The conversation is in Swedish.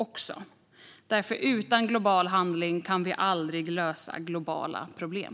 Utan global handling kan vi aldrig lösa globala problem.